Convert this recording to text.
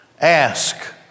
ask